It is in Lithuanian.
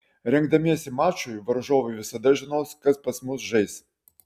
rengdamiesi mačui varžovai visada žinos kas pas mus žais